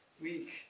week